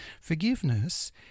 Forgiveness